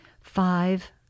Five